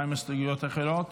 מה עם ההסתייגויות האחרות?